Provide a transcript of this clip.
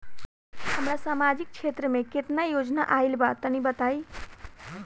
हमरा समाजिक क्षेत्र में केतना योजना आइल बा तनि बताईं?